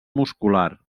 muscular